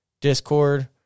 Discord